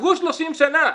עברו 30 שנה.